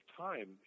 time